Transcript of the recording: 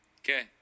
Okay